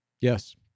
Yes